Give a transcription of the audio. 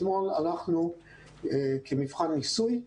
אתמול ערכנו כמבחן ניסוי,